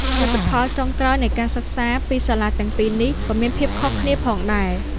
លទ្ធផលចុងក្រោយនៃការសិក្សាពីសាលាទាំងពីរនេះក៏មានភាពខុសគ្នាផងដែរ។